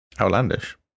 Outlandish